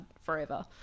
forever